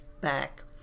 back